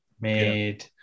Made